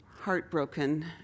heartbroken